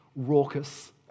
raucous